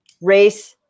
race